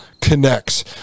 connects